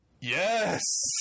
yes